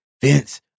Vince